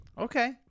Okay